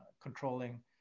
controlling